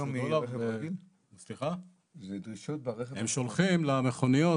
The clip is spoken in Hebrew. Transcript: הם שולחים למכוניות,